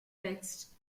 texts